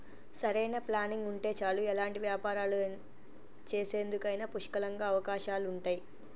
సరైన ప్లానింగ్ ఉంటే చాలు ఎలాంటి వ్యాపారాలు చేసేందుకైనా పుష్కలంగా అవకాశాలుంటయ్యి